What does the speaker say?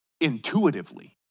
intuitively